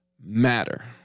matter